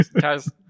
Guys